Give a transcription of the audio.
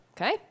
Okay